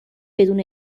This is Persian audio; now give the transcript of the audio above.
بدون